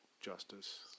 justice